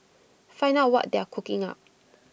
find out what they are cooking up